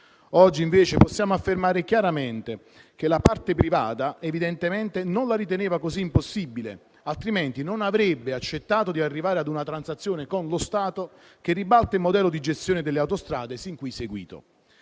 Oggi invece possiamo affermare chiaramente che la parte privata evidentemente non la riteneva così impossibile, altrimenti non avrebbe accettato di arrivare ad una transazione con lo Stato che ribalta il modello di gestione delle autostrade sin qui seguito.